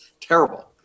terrible